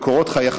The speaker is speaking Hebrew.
בקורות חייך,